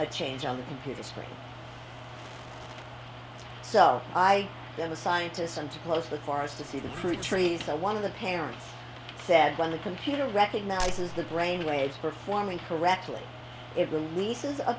a change on the computer screen so i am a scientist and to close the doors to see the fruit trees are one of the parents said on the computer recognizes the brain waves performing correctly it releases a